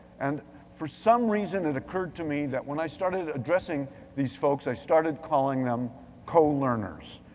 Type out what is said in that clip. and for some reason it occurred to me that when i started addressing these folks, i started calling them co-learners.